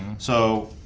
so